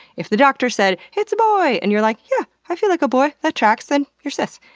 if the doctor said, it's a boy! and you're like, yeah, i feel like a boy, that tracks, then you're cis.